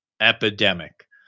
epidemic